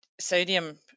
sodium